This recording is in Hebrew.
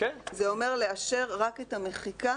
שזה אומר לאשר רק את המחיקה